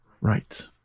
Right